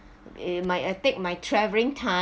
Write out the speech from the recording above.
it my I take my travelling time